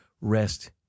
Rest